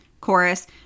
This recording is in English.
Chorus